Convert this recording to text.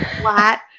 flat